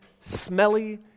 smelly